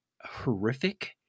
horrific